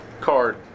card